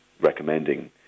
recommending